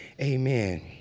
Amen